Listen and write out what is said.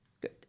good